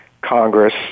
Congress